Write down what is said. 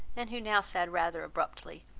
and who now said rather abruptly,